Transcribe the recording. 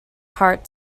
heart